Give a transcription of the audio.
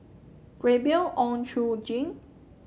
Gabriel Oon Chong Jin